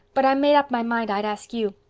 but i made up my mind i'd ask you.